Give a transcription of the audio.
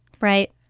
Right